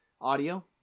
audio